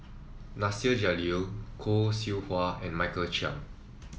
Nasir Jalil Khoo Seow Hwa and Michael Chiang